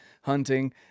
hunting